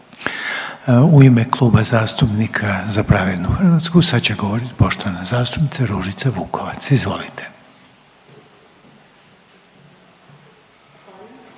U ime Kluba zastupnika Za pravednu Hrvatsku sad će govorit poštovana zastupnica Ružica Vukovac, izvolite.